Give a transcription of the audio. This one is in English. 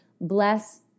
bless